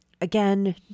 again